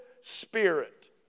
spirit